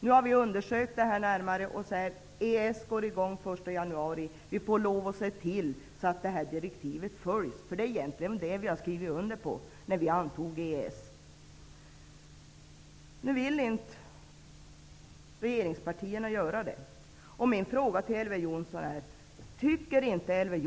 Nu har vi undersökt detta närmare och säger: EES-avtalet börjar gälla den 1 januari. Vi får lov att se till att det här direktivet följs, för det är egentligen det vi har skrivit under när vi antog EES avtalet. Men regeringspartierna vill inte göra detta.